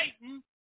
Satan